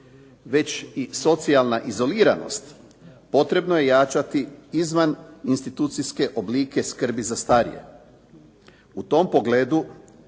već i socijalna izoliranost potrebno je jačati izvan institucijske oblike skrbi za starije.